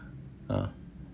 ah